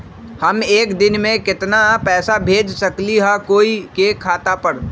हम एक दिन में केतना पैसा भेज सकली ह कोई के खाता पर?